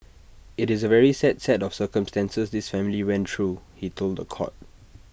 IT is A very sad set of circumstances this family went through he told The Court